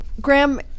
Graham